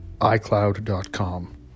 iCloud.com